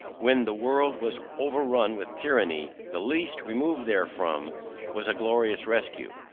when the world was over run with tyranny the least remove therefrom was a glorious rescue.